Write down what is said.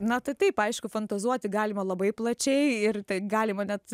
na tai taip aišku fantazuoti galima labai plačiai ir tai galima net